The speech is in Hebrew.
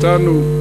אתנו,